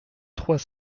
trois